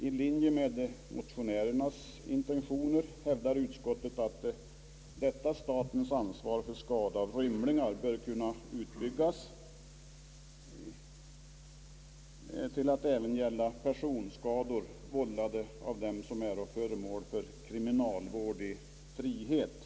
I linje med motionärernas intentioner hävdar utskottet att detta statens ansvar för skada av rymlingar bör kunna utbyggas till att även gälla personskador vållade av dem som är föremål för kriminalvård i frihet.